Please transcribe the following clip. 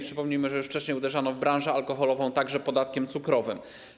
Przypomnijmy, że już wcześniej uderzano w branżę alkoholową także podatkiem cukrowym.